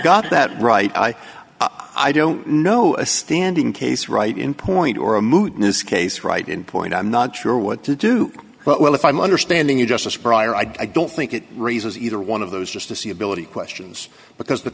got that right i i don't know a standing case right in point or a mood in this case right in point i'm not sure what to do but well if i'm understanding you justice prior i don't think it raises either one of those just to see ability questions because the